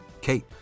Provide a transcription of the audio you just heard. Cape